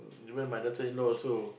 even my daughter-in-law also